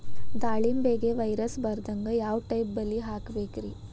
ದಾಳಿಂಬೆಗೆ ವೈರಸ್ ಬರದಂಗ ಯಾವ್ ಟೈಪ್ ಬಲಿ ಹಾಕಬೇಕ್ರಿ?